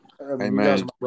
Amen